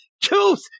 Tooth